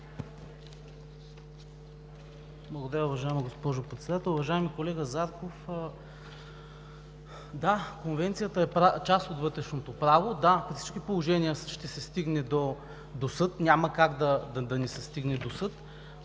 Благодаря, уважаема госпожо Председател. Уважаеми колега Зарков, да, Конвенцията е част от вътрешното право. Да, при всички положения ще се стигне до съд, няма как да не се стигне до съд.